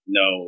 no